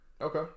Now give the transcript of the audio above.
Okay